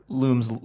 looms